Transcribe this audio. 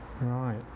Right